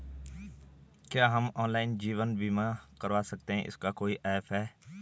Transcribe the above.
क्या हम ऑनलाइन जीवन बीमा करवा सकते हैं इसका कोई ऐप है?